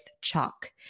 chalk